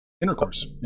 intercourse